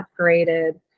upgraded